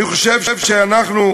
אני חושב שאנחנו,